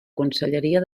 conselleria